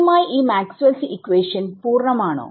ആദ്യമായി ഈ മാക്സ്വെൽസ് ഇക്വേഷൻMaxwells equationപൂർണമാണോ